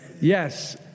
Yes